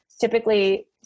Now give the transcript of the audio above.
typically